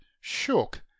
shook